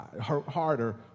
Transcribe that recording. harder